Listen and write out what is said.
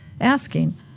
asking